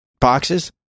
boxes